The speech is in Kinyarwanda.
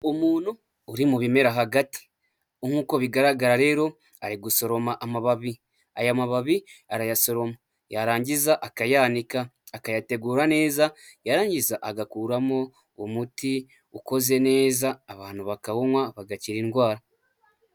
Umuntu uri mu bimera hagati, nk'uko bigaragara rero, ari gusoroma amababi, aya mababi arayasoroma yarangiza akayanika, akayategura neza, yarangiza agakuramo umuti ukoze neza, abantu bakawunywa, bagakira indwara.